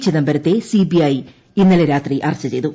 ചിദംബരത്തെ സിബിഐ ഇന്നലെ രാത്രി അറസ്റ്റ് ചെയ്തു